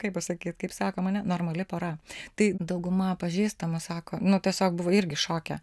kaip pasakyt kaip sakom ane normali pora tai dauguma pažįstamų sako nu tiesiog buvo irgi šoke